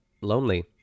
lonely